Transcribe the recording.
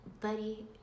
buddy